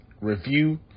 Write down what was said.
review